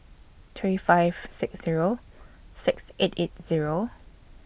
three five six Zero six eight eight Zero